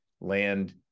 land